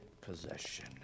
possession